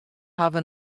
hawwe